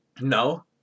No